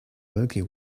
milky